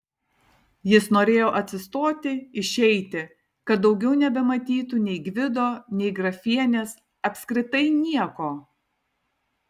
jis norėjo atsistoti išeiti kad daugiau nebematytų nei gvido nei grafienės apskritai nieko